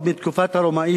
עוד מתקופת הרומאים,